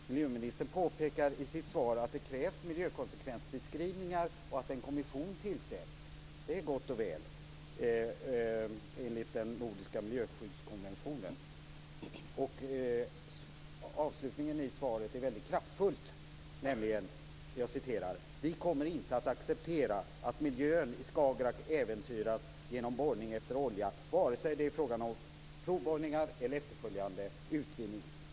Miljöministern påpekar i sitt svar att det krävs miljökonsekvensbeskrivningar och att en kommission tillsätts. Det är gott och väl, enligt den nordiska miljöskyddskonventionen. Avslutningen i svaret är mycket kraftfull, nämligen: Vi kommer inte att acceptera att miljön i Skagerrak äventyras genom borrning efter olja vare sig det är fråga om provborrningar eller efterföljande utvinning.